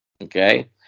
Okay